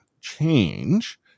change